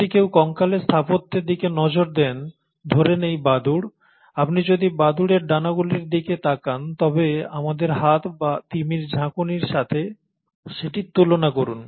যদি কেউ কঙ্কালের স্থাপত্যের দিকে নজর দেন ধরে নিই বাদুড় আপনি যদি বাদুড়ের ডানাগুলির দিকে তাকান তবে আমাদের হাত বা তিমির ঝাঁকুনির সাথে সেটির তুলনা করুন